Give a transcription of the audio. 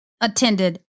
attended